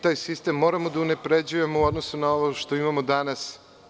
Taj sistem moramo da unapređujemo u odnosu na ovo što imamo danas.